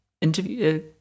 interview